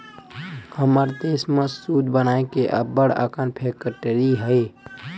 हमर देस म सूत बनाए के अब्बड़ अकन फेकटरी हे